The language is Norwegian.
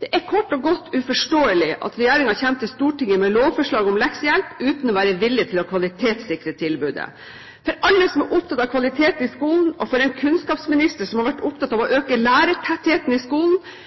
Det er kort og godt uforståelig at regjeringen kommer til Stortinget med lovforslag om leksehjelp uten å være villig til å kvalitetssikre tilbudet. For alle som er opptatt av kvalitet i skolen, og for en kunnskapsminister som har vært opptatt av å øke lærertettheten i skolen,